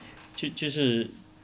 就就是